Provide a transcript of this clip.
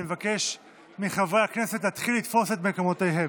אני מבקש מחברי הכנסת להתחיל לתפוס את מקומותיהם.